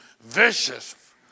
vicious